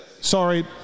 Sorry